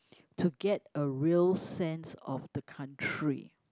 to get a real sense of the country